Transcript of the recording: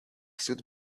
stood